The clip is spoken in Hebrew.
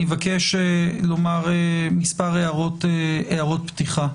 אני מבקש לומר מספר הערות פתיחה.